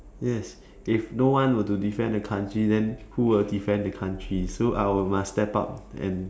yes if no one were to defend the country then who will defend the country so I will must step up and